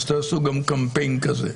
אז תעשו גם קמפיין כזה.